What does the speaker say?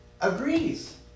agrees